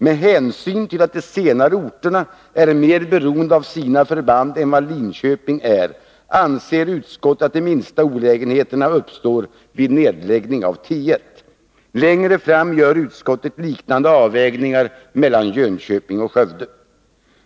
Med hänsyn till att de senare orterna är mer beroende av sina förband än vad Linköping är anser utskottet att de minsta olägenheterna uppstår vid en nedläggning av T 1.” Längre fram gör utskottet liknande avvägningar mellan Jönköping och Skövde.